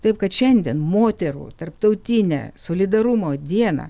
taip kad šiandien moterų tarptautinę solidarumo dieną